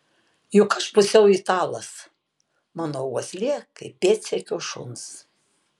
juk aš pusiau italas mano uoslė kaip pėdsekio šuns